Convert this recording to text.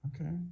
Okay